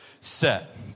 set